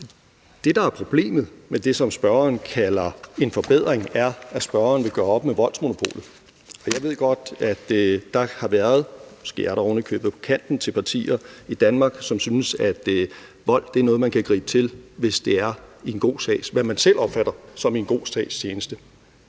Det, der er problemet med det, som spørgeren kalder en forbedring, er, at spørgeren vil gøre op med voldsmonopolet. Og jeg ved godt, at der har været – måske er der ovenikøbet – partier i Danmark, som er på kanten til at synes, at vold er noget, man kan gribe til, hvis det er i en, hvad man selv opfatter som god sags tjeneste.